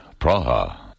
Praha